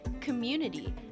community